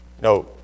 No